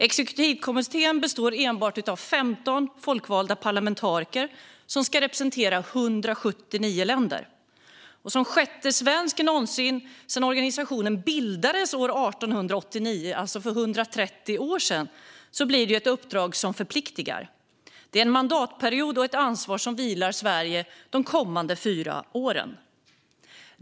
Exekutivkommittén består enbart av 15 folkvalda parlamentariker som ska representera 179 länder. Som den sjätte svensk någonsin sedan organisationen bildades år 1889, för 130 år sedan, blir det ett uppdrag som förpliktigar. Det är en mandatperiod och ett ansvar som vilar på Sverige de kommande fyra åren.